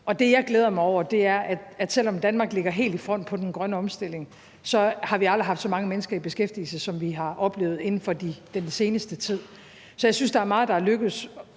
Det, jeg glæder mig over, er, at selv om Danmark ligger helt i front på den grønne omstilling, har vi aldrig haft så mange mennesker i beskæftigelse, som vi har oplevet inden for den seneste tid, så jeg synes, at der er meget, der er lykkedes.